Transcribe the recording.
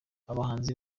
abahanzi